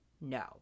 No